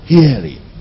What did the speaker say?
Hearing